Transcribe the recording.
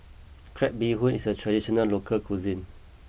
Crab Bee Hoon is a traditional local cuisine